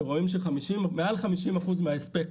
ורואים שמעל 50 אחוזים מההספק,